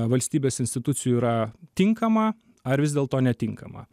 valstybės institucijų yra tinkama ar vis dėlto netinkama